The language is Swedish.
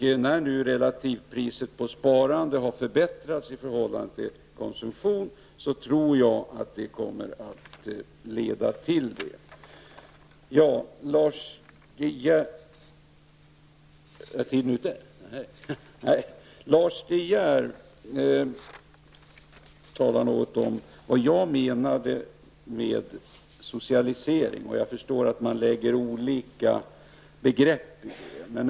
När nu relativpriset på sparande har förbättrats i förhållande till konsumtionen, tror jag att det kommer att leda till förbättringar. Lars De Geer talar om vad jag menade med socialisering. Jag förstår att man lägger olika innebörd i ordet.